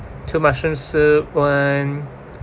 two mushroom soup one